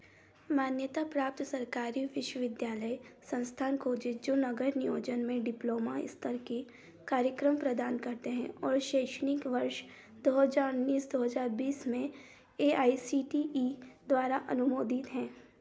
मान्यता प्राप्त सरकारी विश्वविद्यालय संस्थान खोजें जो नगर नियोजन में डिप्लोमा स्तर के कार्यक्रम प्रदान करते हैं और शैक्षणिक वर्ष दो हज़ार उन्नीस दो हज़ार बीस में A I C T E द्वारा अनुमोदित हैं